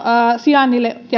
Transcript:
sijainnille